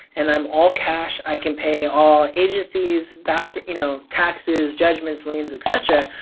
and i'm all cash, i can pay all agencies fees back, you know taxes, judgments, liens, etc.